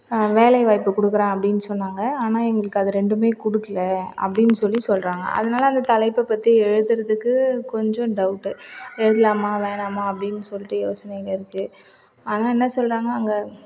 வேலை வாய்ப்பு கொடுக்குற அப்படினு சொன்னாங்கள் ஆனால் எங்களுக்கு அது இரண்டுமே கொடுக்கல அப்படினு சொல்லி சொல்லுறாங்க அதனால அந்த தலைப்பு பற்றி எழுதுறதுக்கு கொஞ்சம் டவுட்டு எழுதலாமா வேணாமா அப்படினு சொல்லிட்டு யோசனைலயே இருக்குது ஆனால் என்ன சொல்றாங்கள் அங்கே